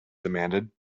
demanded